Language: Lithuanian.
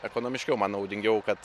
ekonomiškiau man naudingiau kad